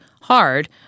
hard